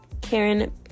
Karen